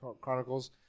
Chronicles